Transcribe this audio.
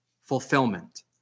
Fulfillment